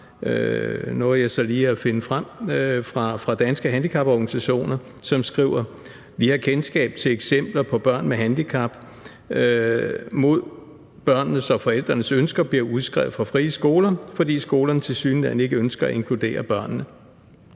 som jeg lige nåede at finde frem, skriver: »Vi har kendskab til eksempler på, at børn med handicap – mod børnene og forældrenes ønske – bliver udskrevet fra frie skoler, fordi skolerne tilsyneladende ikke ønsker at inkludere børnene.«